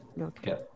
Okay